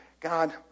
God